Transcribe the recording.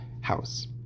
house